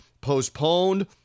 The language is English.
postponed